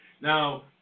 Now